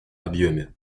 объеме